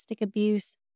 abuse